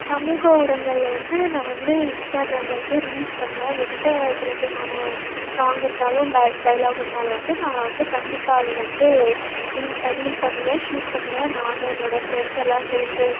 சமூக ஊடகங்களில் வந்து நான் வந்து இன்ஸ்டாகிராமில் வந்து ரீல்ஸ் பண்ணுவேன் எந்த ட்ரெண்டிங்கான சாங்கு இருந்தாலும் டய டயலாக் இருந்தாலும் வந்து நான் வந்து கண்டிப்பாக அதை வந்து ரீல் ரீல் பண்ணுவேன் ஷூட் பண்ணுவேன் நான் என்னோடய ஃப்ரெண்ட்ஸெல்லாம் சேர்ந்து